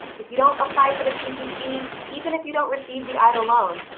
if you don't apply for the ppp, even if you don't receive the eidl loan,